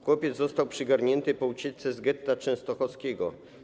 Chłopiec został przygarnięty po ucieczce z getta częstochowskiego.